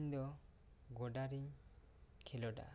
ᱤᱧ ᱫᱚ ᱜᱚᱰᱟ ᱨᱮᱧ ᱠᱷᱮᱞᱳᱰᱟ